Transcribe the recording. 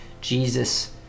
Jesus